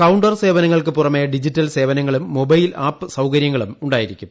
counter സേവനങ്ങൾക്കു പുറമെ digital സേവനങ്ങളും മൊബൈൽ ആപ് സൌകര്യങ്ങളും ഉണ്ടായിരിക്കും